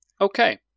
Okay